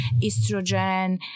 estrogen